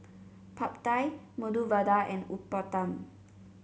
Pad Thai Medu Vada and Uthapam